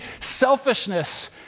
selfishness